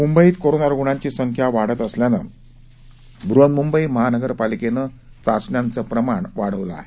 म्ंबईत कोरोना रुग्णांची संख्या वाढत असल्यानं बहन्म्बई महानगरपालिकेनं चाचण्यांचं प्रमाण वाढवलं आहे